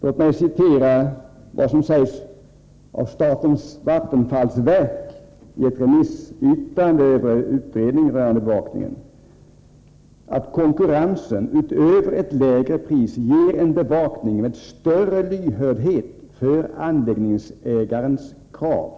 I ett remissyttrande över utredningen rörande bevakningen säger också statens vattenfallsverk att ”konkurrensen utöver ett lägre pris ger en bevakning med större lyhördhet för anläggningsägarens krav”.